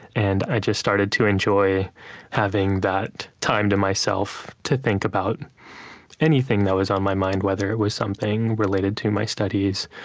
and i just started to enjoy having that time to myself to think about anything that was on my mind, whether it was something related to my studies,